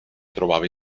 trovava